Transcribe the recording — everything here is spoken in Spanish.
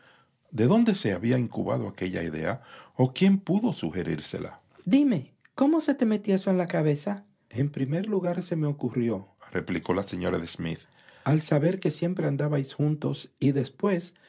elliot dónde se había incubado aquella idea o quién pudo sugerírsela dime cómo se te metió eso en la cabeza en primer lugar se me ocurrióreplicó la señora de smithal saber que siempre andabais juntos y después